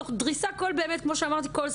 תוך דריסת כל זכות.